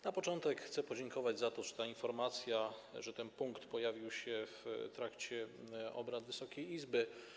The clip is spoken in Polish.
Na początek chcę podziękować za to, że ta informacja, że ten punkt pojawiły się w porządku obrad Wysokiej Izby.